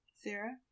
Sarah